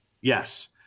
Yes